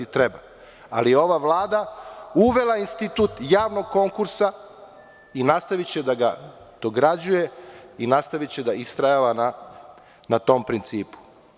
Treba, ali je ova vlada uvela institut javnog konkursa i nastaviće da ga dograđuje i nastaviće da istrajeva na tom principu.